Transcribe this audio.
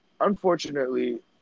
unfortunately